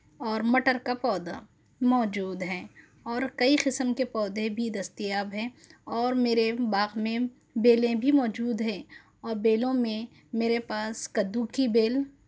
اور مٹر کا پودا موجود ہیں اور کئی قسم کے پودے بھی دستیاب ہیں اور میرے باغ میں بیلیں بھی موجود ہیں اور بیلوں میں میرے پاس کدو کی بیل